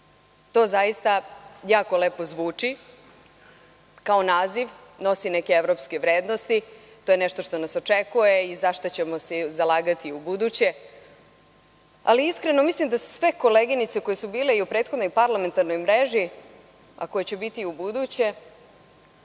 To zaista jako lepo zvuči, kao naziv nosi neke evropske vrednosti, to je nešto što nas očekuje i za šta ćemo se zalagati i ubuduće, ali, iskreno mislim da sve koleginice koje su bile i u prethodnoj parlamentarnoj mreži, a koje će biti i ubuduće,